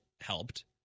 helped